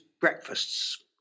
breakfasts